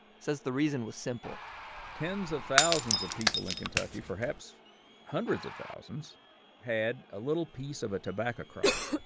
says the reason was simple tens of thousands of people in kentucky perhaps hundreds of thousands had a little piece of a tobacco crop,